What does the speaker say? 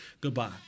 goodbye